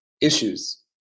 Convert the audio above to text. issues